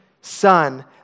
son